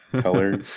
color